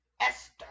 Esther